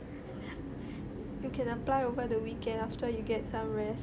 you can apply over the weekend after you get some rest